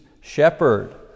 shepherd